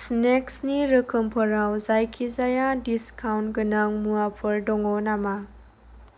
स्नेक्सनि रोखोमफोराव जायखिजाया डिसकाउन्ट गोनां मुवाफोर दङ नामा